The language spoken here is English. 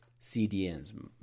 CDNs